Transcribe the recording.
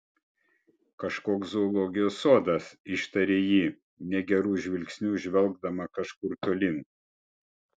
kažkoks zoologijos sodas ištarė ji negeru žvilgsniu žvelgdama kažkur tolyn